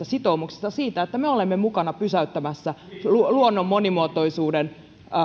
sitoumuksista siitä että me olemme mukana pysäyttämässä luonnon monimuotoisuuden